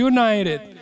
United